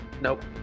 Nope